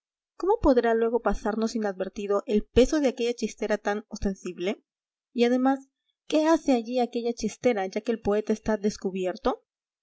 cómo podrá luego pasarnos inadvertido el peso de aquella chistera tan ostensible y además qué hace allí aquella chistera ya que el poeta está descubierto